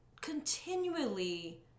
continually